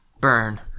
burn